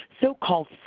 so-called